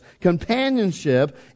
companionship